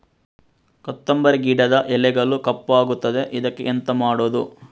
ಕೊತ್ತಂಬರಿ ಗಿಡದ ಎಲೆಗಳು ಕಪ್ಪಗುತ್ತದೆ, ಇದಕ್ಕೆ ಎಂತ ಮಾಡೋದು?